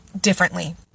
differently